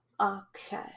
Okay